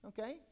Okay